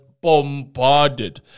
bombarded